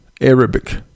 Arabic